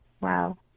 wow